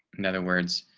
in other words,